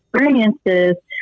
experiences